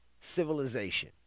civilization